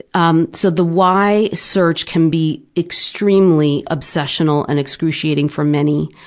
um so the why? search can be extremely obsessional and excruciating for many,